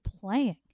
playing